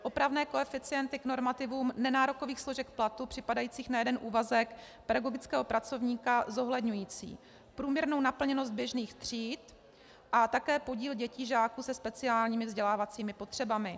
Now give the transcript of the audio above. Opravné koeficienty k normativům nenárokových složek platu připadajících na jeden úvazek pedagogického pracovníka zohledňující průměrnou naplněnost běžných tříd a také podíl dětí, žáků se speciálními vzdělávacími potřebami.